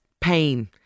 pain